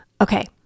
Okay